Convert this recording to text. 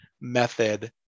method